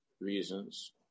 reasons